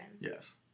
Yes